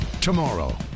tomorrow